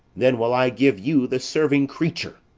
then will i give you the serving-creature.